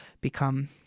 become